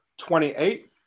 28